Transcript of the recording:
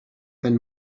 and